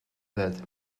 that